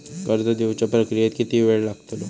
कर्ज देवच्या प्रक्रियेत किती येळ लागतलो?